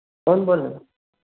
कौन बोल रहे हैं